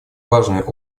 важной